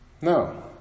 No